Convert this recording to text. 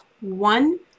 one